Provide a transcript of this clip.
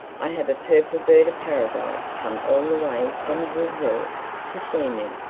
i have a purple bird-of-paradise come all the way from brazil to see me.